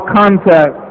contact